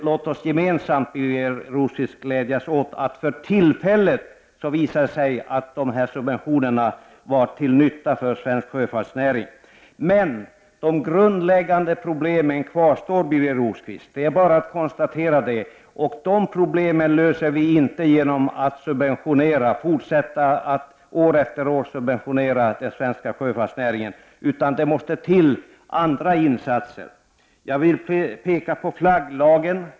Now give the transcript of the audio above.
Låt oss gemensamt, Birger Rosqvist, glädjas åt att för tillfället visar det sig att dessa subventioner var till nytta för svensk sjöfartsnäring. Men de grundläggande problemen kvarstår, Birger Rosqvist. Det är bara att konstatera det. De problemen löser vi inte genom att fortsätta att år efter år subventionera den svenska sjöfartsnäringen. Det måste till andra insatser. Jag vill peka på flagglagen.